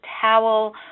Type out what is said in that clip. towel